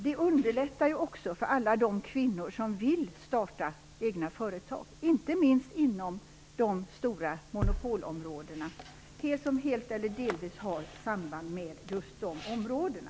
Det underlättar också för alla de kvinnor som vill starta egna företag, inte minst för dem som helt eller delvis finns inom de stora monopolområdena.